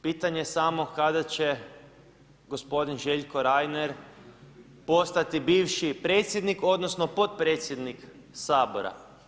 Pitanje je samo kada će gospodin Željko Reiner postati bivši predsjednik odnosno podpredsjednik Sabora.